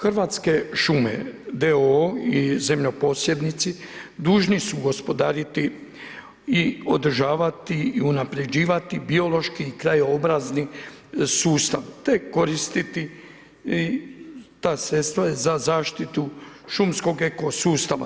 Hrvatske šume d.o.o. i zemljoposjednici dužni su gospodariti i održavati i unapređivati biološki i krajobrazni sustav te koristiti ta sredstva za zaštitu šumskog eko sustava.